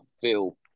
feel